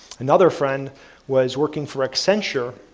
another friend was working for accenture,